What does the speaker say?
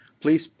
Please